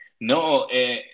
No